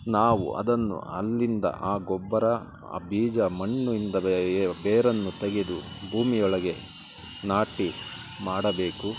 ನಾವು ಅದನ್ನು ಅಲ್ಲಿಂದ ಆ ಗೊಬ್ಬರ ಆ ಬೀಜ ಮಣ್ಣಿಂದಲೇ ಬೇರನ್ನು ತೆಗೆದು ಭೂಮಿಯೊಳಗೆ ನಾಟಿ ಮಾಡಬೇಕು